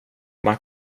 man